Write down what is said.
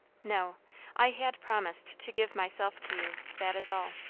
no i had promised to give myself to you that is all.